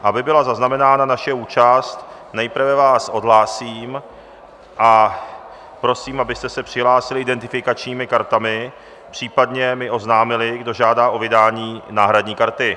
Aby byla zaznamenána naše účast, nejprve vás odhlásím a prosím, abyste se přihlásili identifikačními kartami, případně mi oznámili, kdo žádá o vydání náhradní karty.